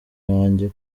yanjye